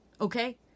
Okay